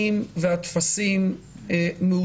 שמחה,